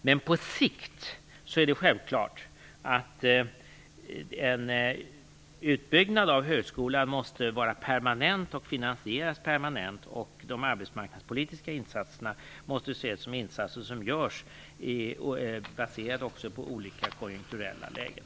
Men på sikt är det självklart att en utbyggnad av högskolan måste vara permanent och permanent finansierad. De arbetsmarknadspolitiska insatserna måste också baseras på olika konjunkturella lägen.